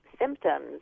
symptoms